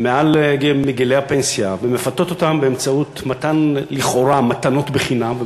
בגיל הפנסיה ומפתות אותם באמצעות מתן מתנות חינם,